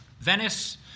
Venice